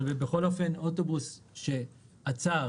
בכל אופן, אוטובוס שעצר